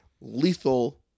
lethal